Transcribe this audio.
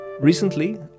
Recently